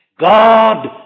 God